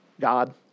God